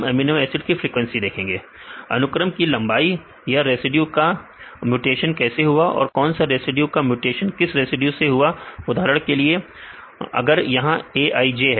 विद्यार्थी फ्रीक्वेंसी अनुक्रम की लंबाई यह रेसिड्यू का म्यूटेशन कैसे हुआ और कौन सा रेसिड्यू का म्यूटेशन किस रेसिड्यू में हुआ उदाहरण के लिए अगर यह Aij है